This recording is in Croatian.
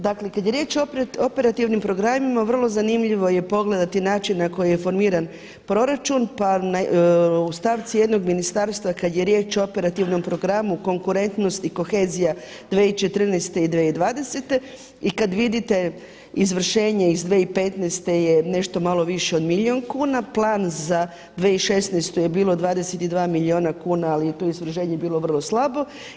Dakle, kada je riječ o operativnim programima, vrlo zanimljivo je pogledati način na koji je formiran proračun, pa u stavci jednog ministarstva kada je riječ o operativnom programu konkurentnosti kohezija 2014. i 2020. i kada vidite izvršenje iz 2015. je nešto malo više od milijun kuna, plan za 2016. je bilo 22 milijuna kuna, ali izvršenje je bilo vrlo slabo.